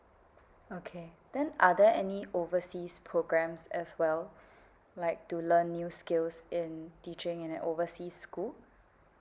okay then are there any overseas programmes as well like to learn new skills in teaching in the overseas school